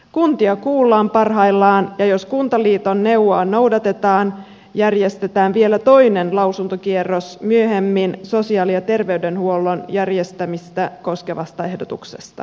kuntia kuullaan parhaillaan ja jos kuntaliiton neuvoa noudatetaan järjestetään vielä toinen lausuntokierros myöhemmin sosiaali ja terveydenhuollon järjestämistä koskevasta ehdotuksesta